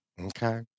Okay